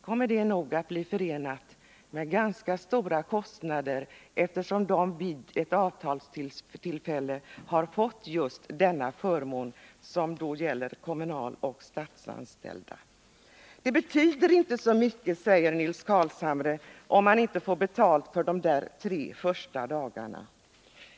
kommer det nog att bli förenat med ganska stora kostnader, eftersom kommunaloch statsanställda vid ett avtalstillfälle har fått just denna förmån. Det betyder inte så mycket, säger Nils Carlshamre, om man inte får betalt för de tre första dagarna.